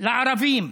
לערבים,